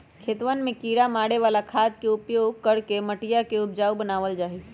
खेतवन में किड़ा मारे वाला खाद के उपयोग करके मटिया के उपजाऊ बनावल जाहई